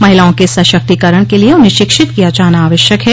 महिलाओं के सशक्तिकरण के लिए उन्हें शिक्षित किया जाना आवश्यक है